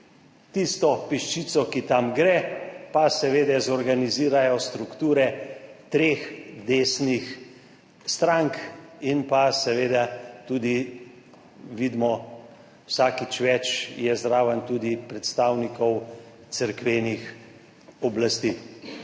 Tisto peščico, ki tam gre, pa seveda zorganizirajo strukture treh desnih strank in pa seveda tudi vidimo vsakič več je zraven tudi predstavnikov cerkvenih oblasti.